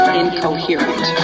incoherent